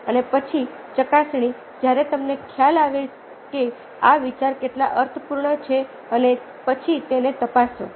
અને પછી ચકાસણી જ્યારે તમને ખ્યાલ આવે કે આ વિચાર કેટલો અર્થપૂર્ણ છે અને પછી તેને તપાસો